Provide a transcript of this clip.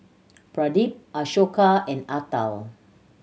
Pradip Ashoka and Atal